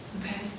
Okay